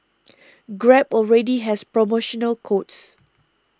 grab already has promotional codes